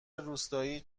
روستایی